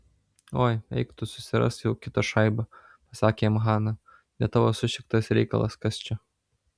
oi eik tu susirask sau kitą šaibą pasakė jam hana ne tavo sušiktas reikalas kas čia